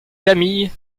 camille